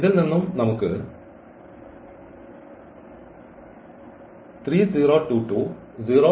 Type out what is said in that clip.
ഇതിൽ നിന്നും നമുക്ക് എന്ന് ലഭിക്കുന്നു